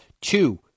Two